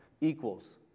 equals